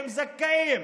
הם זכאים.